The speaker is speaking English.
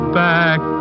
back